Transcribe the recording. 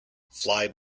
fly